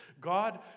God